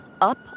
up